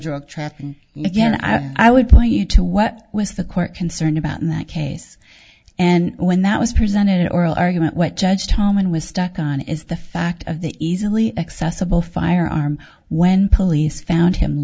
of traffic again i would point you to what was the court concerned about in that case and when that was presented in oral argument what judge tomine was stuck on is the fact of the easily accessible firearm when police found him